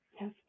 Yes